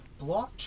blockchain